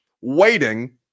waiting